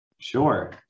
Sure